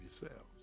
yourselves